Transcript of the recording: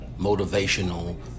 Motivational